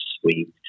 sweet